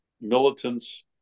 militants